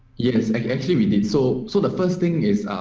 yes, like actually we did so so the first thing is